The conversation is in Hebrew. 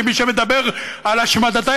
כי יש מי שמדבר על השמדתה,